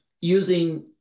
using